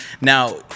now